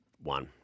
One